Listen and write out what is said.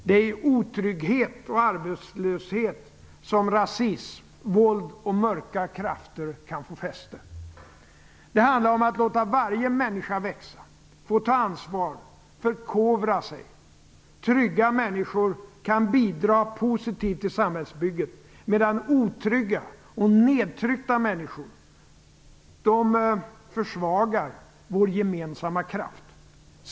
Det är i otrygghet och arbetslöshet som rasism, våld och mörka krafter kan få fäste. Det handlar om att låta varje människa växa och få ta ansvar och förkovra sig. Trygga människor kan bidra positivt till samhällsbygget medan otrygga och nedtryckta människor försvagar vår gemensamma kraft.